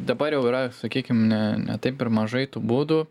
dabar jau yra sakykim ne ne taip ir mažai tų būdų